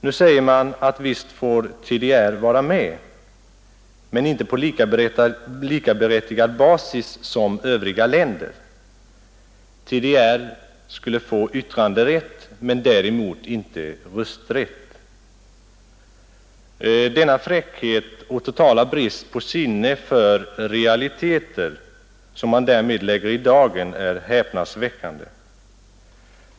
Nu säger man att visst får TDR vara med, men inte på likaberättigad basis i förhållande till övriga länder. TDR skulle få yttranderätt men däremot inte rösträtt. Den fräckhet och totala brist på sinne för realiteter som därmed läggs i dagen är häpnadsväckande.